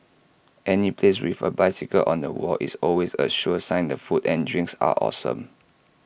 any place with A bicycle on the wall is always A sure sign the food and drinks are awesome